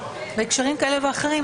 בהקשרים כאלה ואחרים.